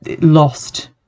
lost